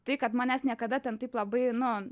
tai kad manęs niekada ten taip labai nu